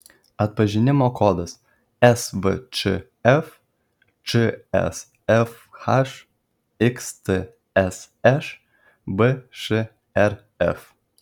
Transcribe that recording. atpažinimo kodas svčf čsfh xtsš bšrf